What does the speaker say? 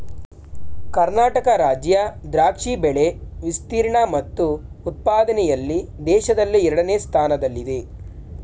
ಕರ್ನಾಟಕ ರಾಜ್ಯ ದ್ರಾಕ್ಷಿ ಬೆಳೆ ವಿಸ್ತೀರ್ಣ ಮತ್ತು ಉತ್ಪಾದನೆಯಲ್ಲಿ ದೇಶದಲ್ಲೇ ಎರಡನೇ ಸ್ಥಾನದಲ್ಲಿದೆ